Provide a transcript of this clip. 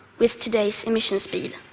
with today's emission speed.